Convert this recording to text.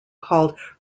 called